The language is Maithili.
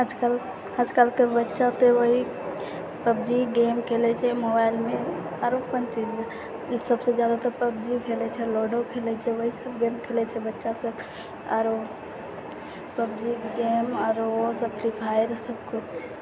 आजकलके बच्चा तऽ वएह पबजी गेम खेलै छै मोबाइलमे आओर कोन चीज सबसँ ज्यादा तऽ पबजी खेलै छै लूडो खेलै छै वएह सब गेम खेलै छै बच्चासब आओर पबजी गेम आओर सब फ्री फायर सबकिछु